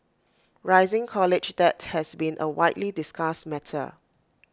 rising college debt has been A widely discussed matter